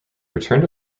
returned